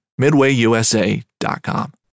MidwayUSA.com